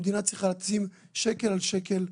המדינה צריכה לשים שקל על שקל,